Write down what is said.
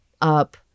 up